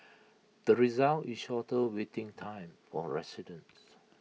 the result is shorter waiting time for residents